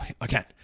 again